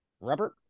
Robert